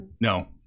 No